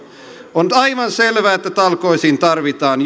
on nyt aivan selvää että talkoisiin tarvitaan